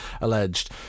alleged